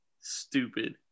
Stupid